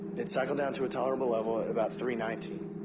iit cycled down to a tolerable level at about three nineteen.